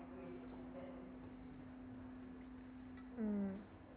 mm